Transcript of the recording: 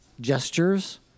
gestures